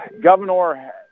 Governor